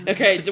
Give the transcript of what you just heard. Okay